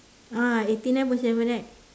ah eighty nine point seven right